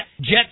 jet